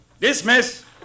Dismiss